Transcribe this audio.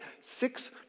six